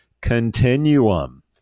continuum